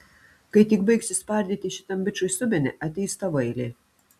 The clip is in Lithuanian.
kai tik baigsiu spardyti šitam bičui subinę ateis tavo eilė